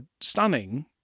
stunning